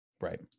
Right